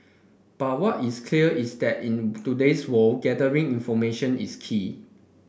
but what is clear is that in today's world gathering information is key